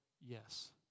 yes